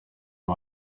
uyu